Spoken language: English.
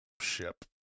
ship